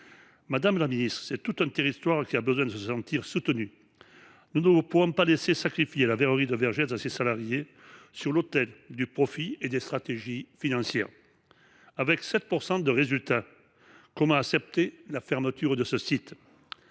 Madame la Ministre, c'est toute une histoire qui a besoin de se sentir soutenue. Nous ne pourrons pas laisser sacrifier la verrerie de Vergès à ses salariés sur l'autel du profit et des stratégies financières. Avec 7% de résultats, comment accepter la fermeture de ce site ?